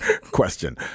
question